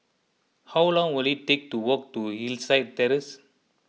how long will it take to walk to Hillside Terrace